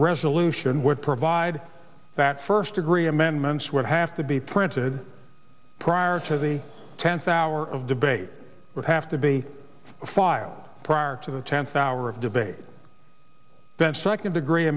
resolution would provide that first degree amendments would have to be printed prior to the tenth hour of debate would have to be filed prior to the tenth hour of debate then second degree